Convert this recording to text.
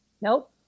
Nope